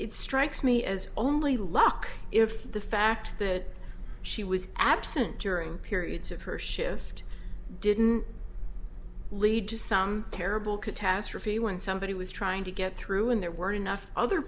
it strikes me as only luck if the fact that she was absent during periods of her shift didn't lead to some terrible catastrophe when somebody was trying to get through when there weren't enough other